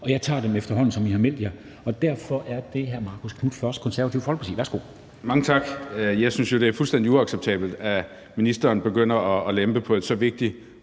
og jeg vælger jer efterhånden, som I melder jer. Derfor er det først hr. Marcus Knuth, Det Konservative Folkeparti. Værsgo. Kl. 13:08 Marcus Knuth (KF): Mange tak. Jeg synes jo, det er fuldstændig uacceptabelt, at ministeren begynder at lempe på et så vigtigt